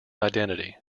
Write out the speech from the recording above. identity